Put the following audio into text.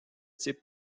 type